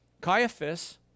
Caiaphas